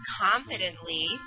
confidently